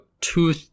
two